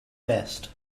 best